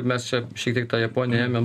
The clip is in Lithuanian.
mes čia šiek tiek tą japoniją ėmėm